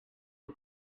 was